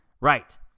Right